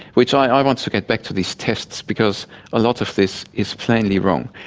which i want to get back to these tests because a lot of this is plainly wrong.